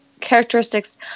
characteristics